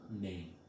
name